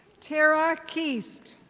tara keest.